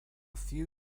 few